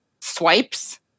Swipes